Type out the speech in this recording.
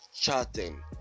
chatting